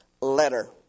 letter